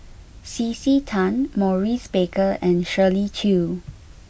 C C Tan Maurice Baker and Shirley Chew